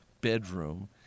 bedroom